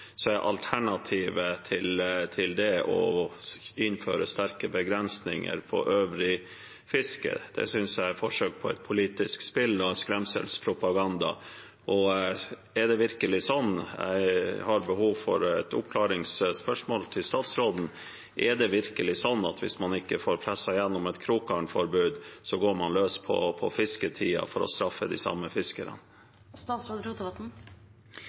så mykje laksefiske om nokre få år. Jeg reagerer på at man prøver å legge det fram sånn at hvis man kommer med et forbud mot å bruke krokgarn rett før man starter sesongen, er alternativet til det å innføre sterke begrensninger på øvrig fiske. Det synes jeg er et forsøk på et politisk spill og en skremselspropaganda. Jeg har behov for et oppklaringsspørsmål til statsråden. Er det virkelig sånn at hvis man ikke